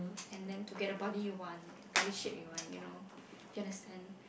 and then to get the body you want body shape you want you know you understand